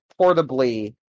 portably